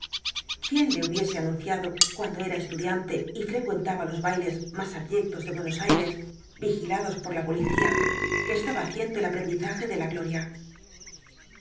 quién le hubiese anunciado cuando era estudiante y frecuentaba los bailes más abyectos de buenos aires vigilados por la policía que estaba haciendo el aprendizaje de la gloria